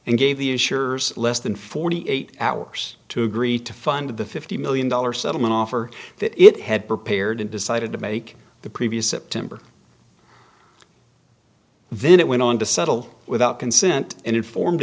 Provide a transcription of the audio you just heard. and gave the issuers less than forty eight hours to agree to fund the fifty million dollars settlement offer that it had prepared and decided to make the previous september then it went on to settle without consent and inform